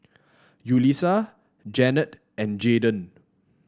Yulisa Janet and Jayden